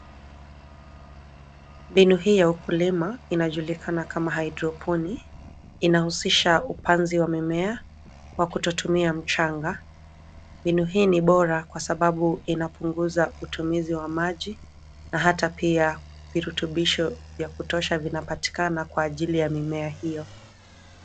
Mbinu hii ya ukulima inajulikana kama hydroponic inahusisha upanzi wa mimea wa kutotumia mchanga, mbinu hii ni bora kwa sababu inapunguza utumizi wa maji na hata pia virutubisho vya kutosha vinapatikana kwa ajili ya mimea hio.